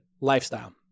lifestyle